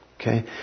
Okay